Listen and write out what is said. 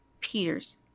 Peter's